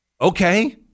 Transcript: Okay